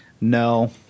No